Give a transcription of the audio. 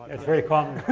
it's very common